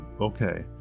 okay